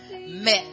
met